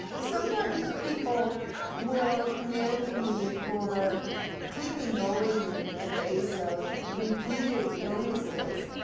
sometimes people will commend me for keeping going in the face of repeated illnesses.